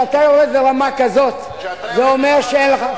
כשאתה יורד לרמה כזאת זה אומר שאין לך,